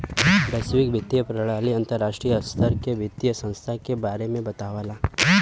वैश्विक वित्तीय प्रणाली अंतर्राष्ट्रीय स्तर के वित्तीय संस्थान के बारे में बतावला